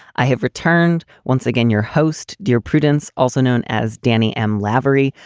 i have returned once again your host, dear prudence, also known as danny m. lavery.